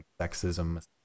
sexism